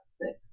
six